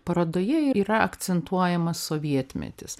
parodoje ir yra akcentuojamas sovietmetis